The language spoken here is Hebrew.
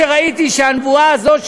כשראיתי את הנבואה הזאת,